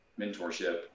mentorship